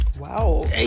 Wow